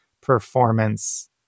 performance